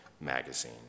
magazine